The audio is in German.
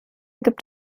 gibt